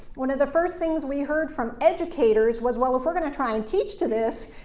one of the first things we heard from educators was well, if we're going to try and teach to this,